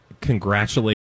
congratulate